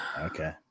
Okay